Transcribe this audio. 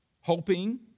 hoping